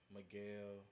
Miguel